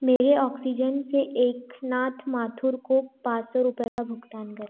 मेरे ऑक्सीजन से एक नाथ माथुर को पाँच सौ रुपये का भुगतान करें